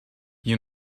you